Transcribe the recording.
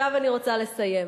עכשיו אני רוצה לסיים.